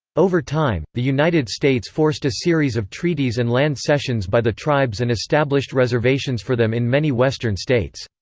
over time, the united states forced a series of treaties and land cessions by the tribes and established reservations for them in many western states.